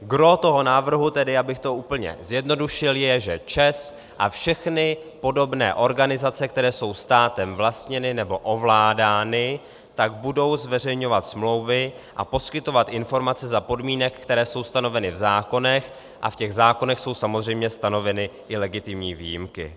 Gros toho návrhu tedy, abych to úplně zjednodušil, je, že ČEZ a všechny podobné organizace, které jsou státem vlastněny nebo ovládány, budou zveřejňovat smlouvy a poskytovat informace za podmínek, které jsou stanoveny v zákonech, a v těch zákonech jsou samozřejmě stanoveny i legitimní výjimky.